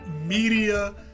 media